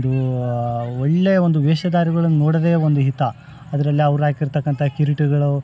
ಒಂದು ಒಳ್ಳೆಯ ಒಂದು ವೇಷಧಾರಿಗಳನ್ನು ನೋಡೋದೇ ಒಂದು ಹಿತ ಅದರಲ್ಲಿ ಅವ್ರು ಹಾಕಿರ್ತಕ್ಕಂಥ ಕಿರೀಟಗಳು